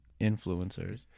influencers